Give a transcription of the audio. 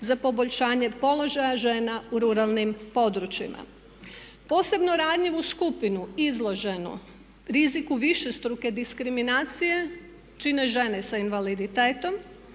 za poboljšanje položaja žena u ruralnim područjima. Posebno ranjivu skupinu izloženu riziku višestruke diskriminacije čine žene sa invaliditetom,